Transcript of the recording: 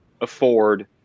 afford